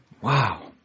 wow